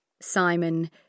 Simon